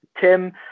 Tim